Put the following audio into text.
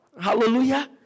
Hallelujah